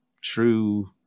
true